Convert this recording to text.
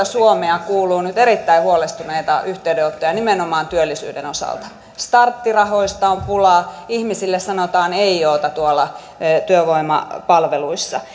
suomea kuuluu nyt erittäin huolestuneita yhteydenottoja nimenomaan työllisyyden osalta starttirahoista on pulaa ihmisille sanotaan eioota tuolla työvoimapalveluissa